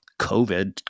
COVID